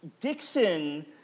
Dixon